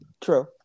True